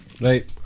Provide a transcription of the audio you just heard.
right